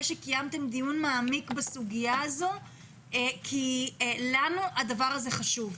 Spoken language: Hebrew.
שקיימתם דיון מעמיק בסוגיה הזאת כי לנו הדבר הזה חשוב.